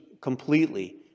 completely